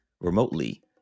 remotely